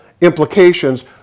implications